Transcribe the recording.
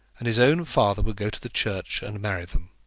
and his own father would go to the church and marry them.